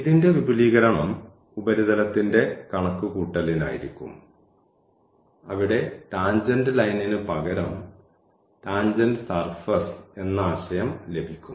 ഇതിന്റെ വിപുലീകരണം ഉപരിതലത്തിന്റെ കണക്കുകൂട്ടലിനായിരിക്കും അവിടെ ടാൻജെന്റ് ലൈനിന് പകരം ടാൻജെന്റ് സർഫസ് എന്ന ആശയം ലഭിക്കും